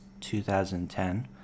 2010